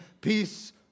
Peace